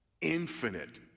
infinite